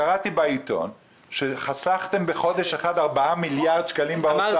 קראתי בעיתון שחסכתם בחודש אחד 4 מיליארד שקלים במשרד האוצר.